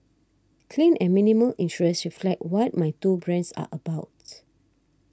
clean and minimal interiors reflect what my two brands are about